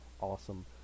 awesome